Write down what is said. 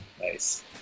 Nice